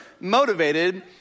motivated